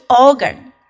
organ